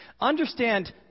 Understand